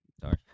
Sorry